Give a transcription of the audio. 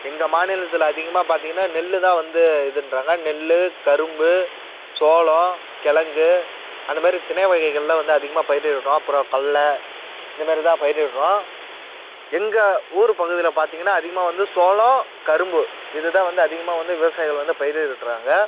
எங்கள் மாநிலத்தில் அதிகமாக பார்த்திங்கன்னா நெல்லு தான் வந்து இதுன்றாங்க நெல்லு கரும்பு சோளம் கிழங்கு அந்த மாதிரி திணை வகைகள்லாம் வந்து அதிகமாக பயிரிடுறோம் அப்புறம் கல்ல இந்த மாதிரி தான் பயிரிடுறோம் எங்கள் ஊர் பகுதியில் பார்த்திங்கன்னா அதிகமாக வந்து சோளம் கரும்பு இது தான் வந்து அதிகமாக வந்து விவசாயிகள் வந்து பயிரிடுறாங்க